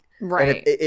Right